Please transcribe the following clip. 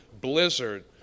blizzard